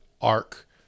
arc